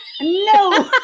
no